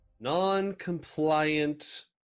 Non-compliant